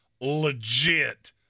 legit